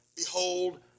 Behold